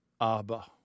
Abba